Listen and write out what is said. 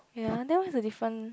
ya then what is the different